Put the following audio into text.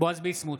בועז ביסמוט,